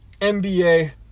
NBA